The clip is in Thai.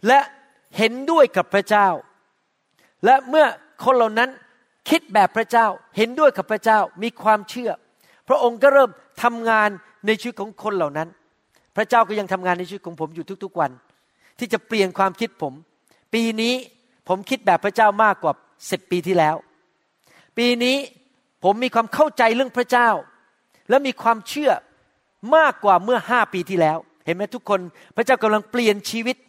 และเห็นด้วยกับพระเจ้า และเมื่อคนเหล่านั้นคิดแบบพระเจ้า เห็นด้วยกับพระเจ้า มีความเชื่อ พระองค์ก็เริ่มทำงานในชีวิตของคนเหล่านั้น พระเจ้าก็ยังทำงานในชีวิตของผมอยู่ทุกๆวันที่จะเปลี่ยนความคิดผม ปีนี้ผมคิดแบบพระเจ้ามากกว่า 10 ปีที่แล้ว ปีนี้ผมมีความเข้าใจเรื่องพระเจ้าและมีความเชื่อมากกว่าเมื่อห้าปีที่แล้ว เห็นไหมทุกคน? พระเจ้ากำลังเปลี่ยนชีวิต